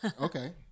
Okay